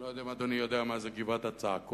אני לא יודע אם אדוני יודע מה זה "גבעת הצעקות",